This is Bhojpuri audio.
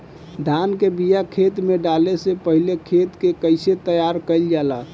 धान के बिया खेत में डाले से पहले खेत के कइसे तैयार कइल जाला?